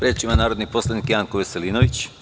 Reč ima narodni poslanik Janko Veselinović.